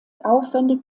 aufwendig